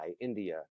India